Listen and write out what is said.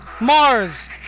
Mars